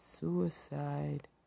suicide